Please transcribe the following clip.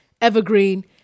evergreen